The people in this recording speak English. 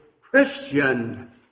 Christian